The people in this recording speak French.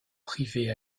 privés